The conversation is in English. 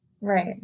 Right